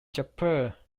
jaipur